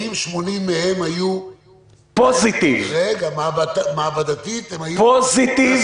האם 80 מהם היו מעבדתית נשאים?